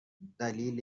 دلیل